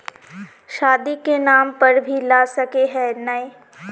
शादी के नाम पर भी ला सके है नय?